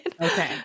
Okay